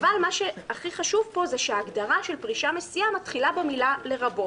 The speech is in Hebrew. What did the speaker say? אבל מה שהכי חשוב פה זה שההגדרה של פרישה מסיעה מתחילה במילה "לרבות",